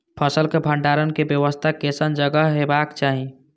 फसल के भंडारण के व्यवस्था केसन जगह हेबाक चाही?